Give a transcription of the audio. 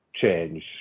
change